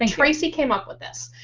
and tracey came up with this.